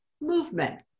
movement